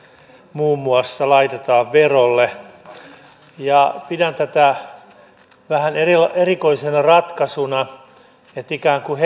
muun muassa henkivakuutukset laitetaan verolle pidän tätä vähän erikoisena ratkaisuna että nyt ikään kuin